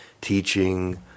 teaching